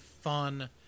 fun